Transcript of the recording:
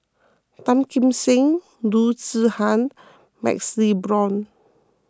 Tan Kim Seng Loo Zihan MaxLe Blond